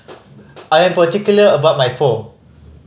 I am particular about my Pho